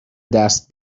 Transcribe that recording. دست